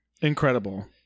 Incredible